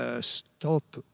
stop